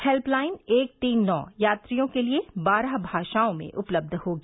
helpline एक तीन नौ यात्रियों के लिए बारह भाषाओं में उपलब्ध होगी